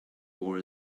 war